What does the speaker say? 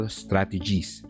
strategies